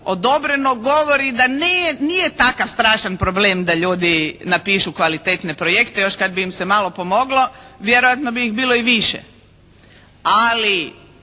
odobreno govori da nije takav strašan problem da ljudi napišu kvalitetne projekte, još kad bi im se malo pomoglo vjerojatno bi ih bilo i više, ali